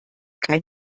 kein